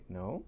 no